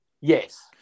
Yes